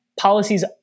policies